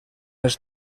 els